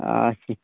اَچھا